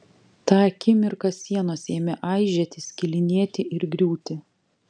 tą akimirką sienos ėmė aižėti skilinėti ir griūti